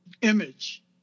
image